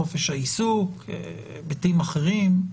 חופש העיסוק והיבטים אחרים.